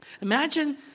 Imagine